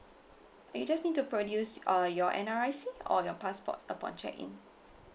uh you'll just need to produce uh your N_R_I_C or your passport upon check in